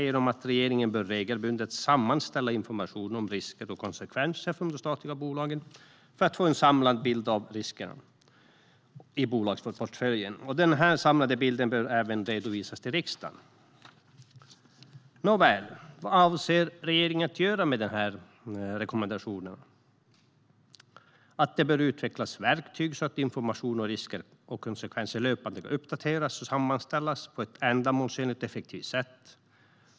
Regeringen bör regelbundet sammanställa information om risker och konsekvenser från de statliga bolagen för att få en samlad bild av riskerna i den statliga bolagsportföljen. Denna samlade bild bör även redovisas för riksdagen. Nåväl, vad avser regeringen att göra med Riksrevisionens rekommendationer om att det bör utvecklas verktyg så att information om risker och konsekvenser löpande kan uppdateras och sammanställas på ett ändamålsenligt och effektivt sätt?